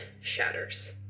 shatters